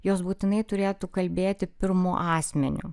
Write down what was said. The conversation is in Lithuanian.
jos būtinai turėtų kalbėti pirmu asmeniu